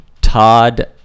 Todd